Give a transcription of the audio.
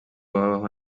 babaho